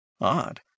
Odd